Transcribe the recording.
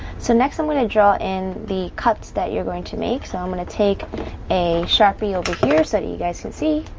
so next, i'm going to draw in the cuts that you're going to make, so i'm going to take a sharpie, over here, so you guys can see.